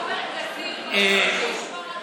חבר הכנסת עופר כסיף הוא שישמור על,